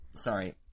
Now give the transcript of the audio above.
sorry